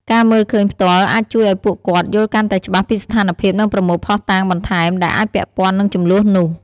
ការមើលឃើញផ្ទាល់អាចជួយឲ្យពួកគាត់យល់កាន់តែច្បាស់ពីស្ថានភាព និងប្រមូលភស្តុតាងបន្ថែមដែលអាចពាក់ព័ន្ធនឹងជម្លោះនោះ។